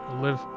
Live